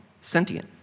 sentient